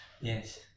Yes